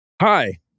Hi